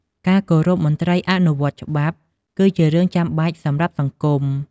ការគោរពមន្ត្រីអនុវត្តច្បាប់ គឺជារឿងចាំបាច់សម្រាប់សង្គម។